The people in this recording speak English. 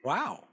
Wow